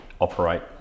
operate